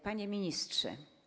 Panie Ministrze!